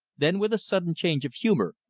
then with a sudden change of humor,